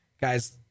Guys